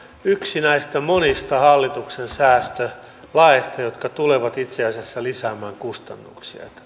yksi näistä monista hallituksen säästölaeista jotka tulevat itse asiassa lisäämään kustannuksia